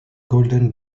golden